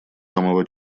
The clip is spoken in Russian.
самого